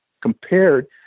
compared